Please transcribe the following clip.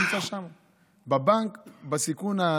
עשו חשבון שבממוצע מי שהפקיד בבנק מגיע ל-30,000 שקל,